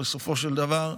בסופו של דבר,